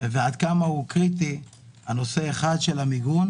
ועד כמה קריטי נושא המיגון.